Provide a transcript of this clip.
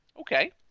Okay